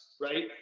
Right